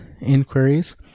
inquiries